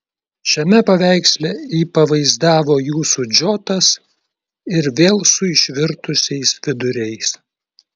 šiame paveiksle jį pavaizdavo jūsų džotas ir vėl su išvirtusiais viduriais